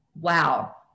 wow